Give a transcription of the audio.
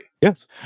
Yes